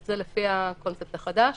זה לפי הקונספט החדש.